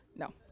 No